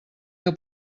que